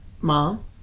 mom